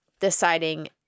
deciding